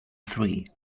three